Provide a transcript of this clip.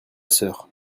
sœur